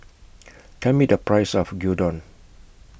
Tell Me The Price of Gyudon